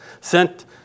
sent